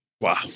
Wow